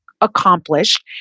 accomplished